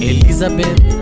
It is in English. Elizabeth